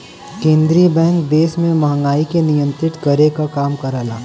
केंद्रीय बैंक देश में महंगाई के नियंत्रित करे क काम करला